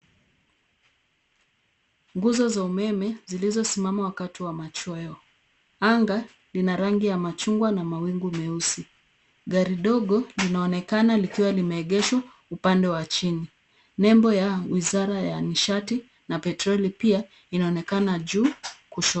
Nguzo za umeme zilizosimama wakati wa machweo. Anga lina rangi ya machungwa na mawingu meusi, Gari dogo linaonekana likiwa limeegeshwa upande wa chini, nembo ya wizara ya nishati na petroli pia inaonekana juu kushoto.